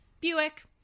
Buick